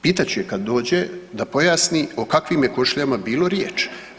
Pitat ću je kad dođe da pojasni o kakvim je košuljama bilo riječi.